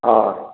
हँ